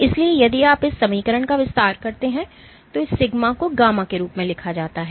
इसलिए यदि आप इस समीकरण का विस्तार करते हैं तो इस सिग्मा को γ के रूप में लिखा जाता है